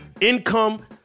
income